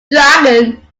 dragon